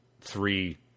three